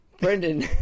Brendan